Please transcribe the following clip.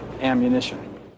ammunition